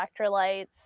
electrolytes